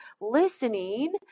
listening